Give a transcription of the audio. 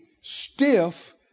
stiff